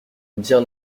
bien